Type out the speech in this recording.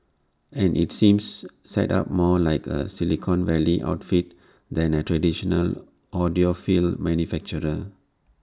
and IT seems set up more like A Silicon Valley outfit than A traditional audiophile manufacturer